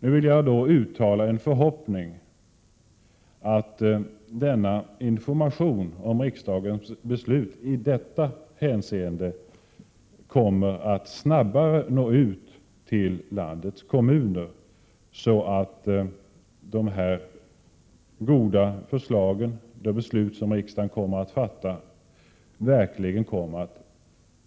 Nu vill jag uttala en förhoppning om att denna information om riksdagens beslut i detta hänseende snabbare når ut till landets kommuner, så att de beslut som riksdagen kommer att fatta verkligen